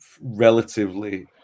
relatively